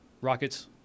rockets